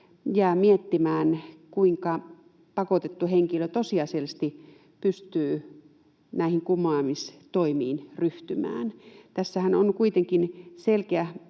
jää miettimään, kuinka pakotettu henkilö tosiasiallisesti pystyy näihin kumoamistoimiin ryhtymään. Tässähän on kuitenkin selkeä